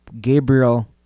Gabriel